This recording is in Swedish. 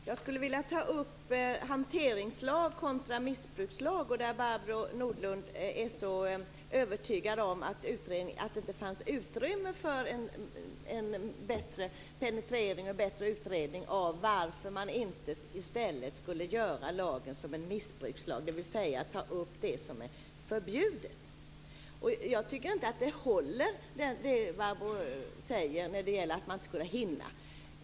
Fru talman! Jag skulle vilja ta upp frågan om hanteringslag kontra missbrukslag. Barbro Nordlund är övertygad om att det inte fanns utrymme för en bättre penetrering och utredning av varför man inte i stället skulle kunna utforma lagen som en missbrukslag, dvs. ta upp det som är förbjudet. Jag tycker inte att det hon säger håller när det gäller att man inte skulle hinna.